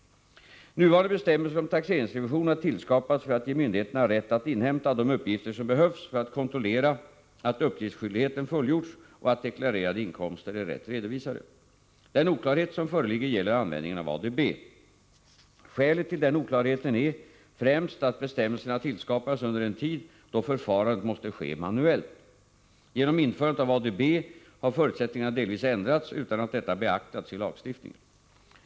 Nuvarande bestämmelser om taxeringsrevision har skapats för att ge myndigheterna rätt att inhämta de uppgifter som behövs för att kontrollera att uppgiftsskyldigheten fullgjorts och att deklarerade inkomster är rätt redovisade. Den oklarhet som föreligger gäller användningen av ADB. Skälet till denna oklarhet är främst att bestämmelserna tillkom under en tid då kontrollen måste ske manuellt. Genom införandet av ADB har förutsättningarna delvis ändrats, utan att detta beaktats i lagstiftningen.